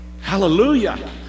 Hallelujah